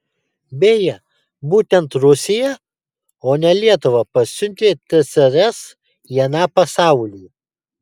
beje būtent rusija o ne lietuva pasiuntė tsrs į aną pasaulį